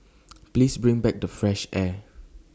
please bring back the fresh air